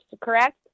correct